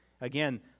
Again